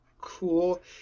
Cool